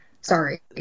Sorry